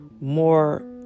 more